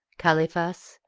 calyphas,